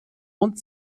und